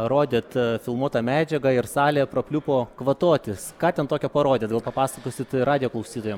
rodėt filmuotą medžiagą ir salė prapliupo kvatotis ką ten tokio parodėt gal papasakosit ir radijo klausytojam